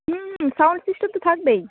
হুম sound system তো থাকবেই